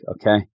okay